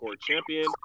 Champion